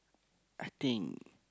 I think